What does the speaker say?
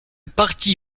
parti